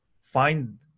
find